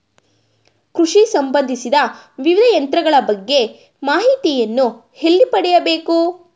ಕೃಷಿ ಸಂಬಂದಿಸಿದ ವಿವಿಧ ಯಂತ್ರಗಳ ಬಗ್ಗೆ ಮಾಹಿತಿಯನ್ನು ಎಲ್ಲಿ ಪಡೆಯಬೇಕು?